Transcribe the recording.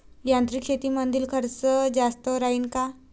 यांत्रिक शेतीमंदील खर्च जास्त राहीन का?